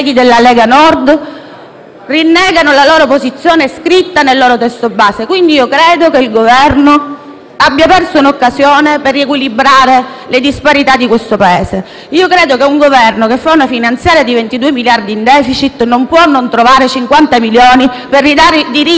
rinneghino la posizione scritta nel loro testo base. Quindi, io credo che il Governo abbia perso un'occasione per riequilibrare le disparità del nostro Paese. Un Governo che fa una finanziaria di 22 miliardi in *deficit* non può non trovare 50 milioni per ridare i diritti ai cittadini italiani.